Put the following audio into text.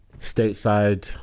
stateside